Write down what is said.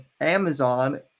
Amazon